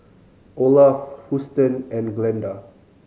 Olaf Houston and Glenda